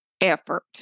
effort